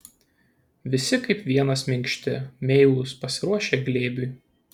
visi kaip vienas minkšti meilūs pasiruošę glėbiui